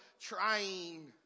trying